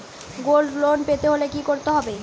Gold loan পেতে হলে কি করতে হবে?